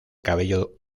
cabello